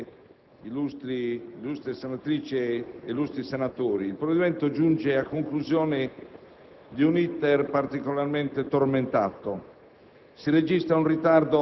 Signor Presidente, illustri senatrici e senatori, il provvedimento giunge a conclusione di un *iter* particolarmente tormentato.